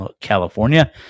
California